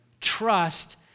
trust